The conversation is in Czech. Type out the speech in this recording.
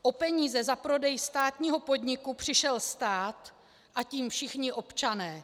O peníze za prodej státního podniku přišel stát, a tím všichni občané.